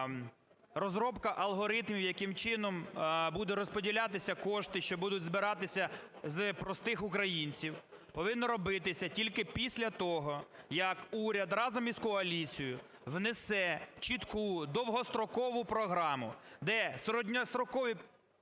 розробка алгоритмів, яким чином будуть розподілятися кошти, що будуть збиратися з простих українців, повинно робитися тільки після того, як уряд разом із коаліцією внесе чітку довгострокову програму, де